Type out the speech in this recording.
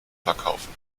verkaufen